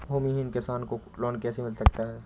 भूमिहीन किसान को लोन कैसे मिल सकता है?